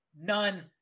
none